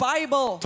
Bible